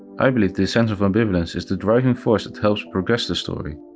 i believe this sense of ambivalence is the driving force that helps progress the story,